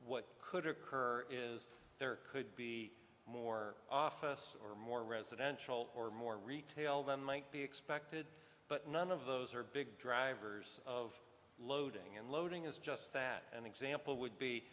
what could occur is there could be more office or more residential or more retail than might be expected but none of those are big drivers of loading unloading is just that an example would be